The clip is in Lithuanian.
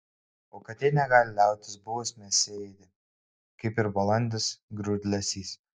o katė negali liautis buvus mėsėdė kaip ir balandis grūdlesys